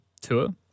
tour